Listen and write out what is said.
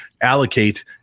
allocate